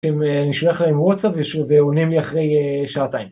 נשלח להם ווצאפ ועונים לי אחרי שעתיים.